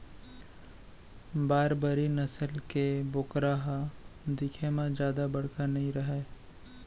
बारबरी नसल के बोकरा ह दिखे म जादा बड़का नइ रहय